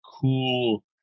cool